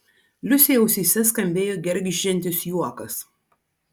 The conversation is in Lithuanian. liusei ausyse skambėjo gergždžiantis juokas